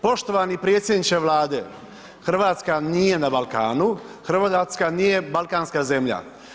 Poštovani predsjedniče Vlade, Hrvatska nije na Balkanu, Hrvatska nije balkanska zemlja.